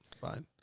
fine